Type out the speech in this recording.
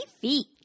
feet